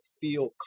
feel